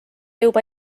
juba